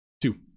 two